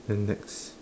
and next